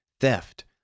theft